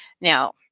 Now